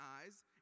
eyes